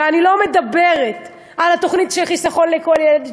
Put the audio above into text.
ואני לא מדברת על התוכנית של "חיסכון לכל ילד",